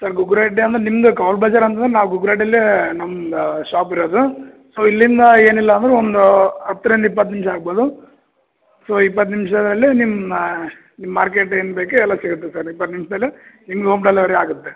sir Gugguruhatti ಅಂದರೆ ನಿಮ್ಮದು ಕವಲ್ ಬಜಾರಂತಂದರೆ ನಾವು ಗುಗ್ಗುರಟ್ಟಿಲ್ಲೆ ನಮ್ದು ಶಾಪ್ ಇರೋದು ಸೊ ಇಲ್ಲಿಂದ ಏನಿಲ್ಲ ಅಂದರೂ ಒಂದು ಹತ್ತರಿಂದ ಇಪ್ಪತ್ತು ನಿಮಿಷ ಆಗ್ಬೌದು ಸೊ ಇಪ್ಪತ್ತು ನಿಮಿಷದಲ್ಲಿ ನಿಮ್ಮ ಮಾರ್ಕೆಟ್ ಏನ್ಬೇಕು ಎಲ್ಲ ಸಿಗುತ್ತೆ ಸರ್ ಇಪ್ಪತ್ತು ನಿಮಿಷದಲ್ಲಿ ನಿಮಗೆ ಓಮ್ ಡೆಲಿವರಿ ಆಗುತ್ತೆ